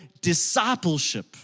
discipleship